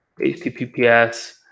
HTTPS